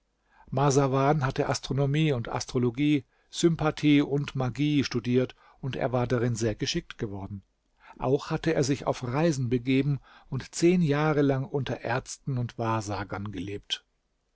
marsawan hatte astronomie und astrologie sympathie und magie studiert und er war darin sehr geschickt geworden auch hatte er sich auf reisen begeben und zehn jahre lang unter ärzten und wahrsagern gelebt